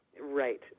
Right